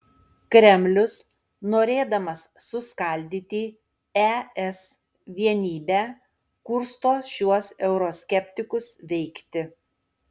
kremlius norėdamas suskaldyti es vienybę kursto šiuos euroskeptikus veikti